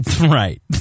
Right